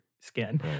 skin